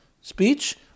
speech